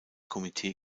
komitee